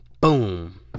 Boom